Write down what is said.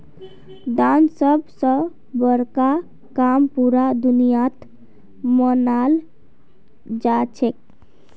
दान सब स बड़का काम पूरा दुनियात मनाल जाछेक